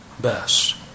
best